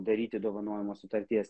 daryti dovanojimo sutarties